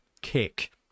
kick